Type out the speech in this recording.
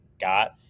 got